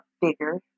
bigger